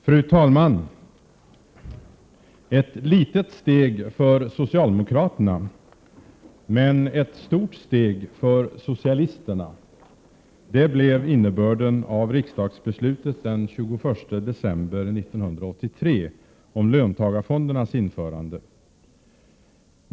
Fru talman! Ett litet steg för socialdemokraterna — men ett stort steg för socialisterna — det blev innebörden av riksdagsbeslutet den 21 december 1983 om löntagarfondernas införande.